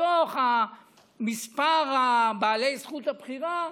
מתוך מספר בעלי זכות הבחירה,